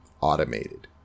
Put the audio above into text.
Automated